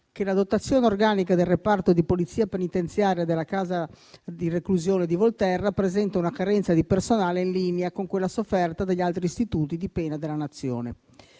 che la dotazione organica del reparto di Polizia penitenziaria della casa di reclusione di Volterra presenta una carenza di personale in linea con quella sofferta dagli altri istituti di pena della Nazione.